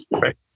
right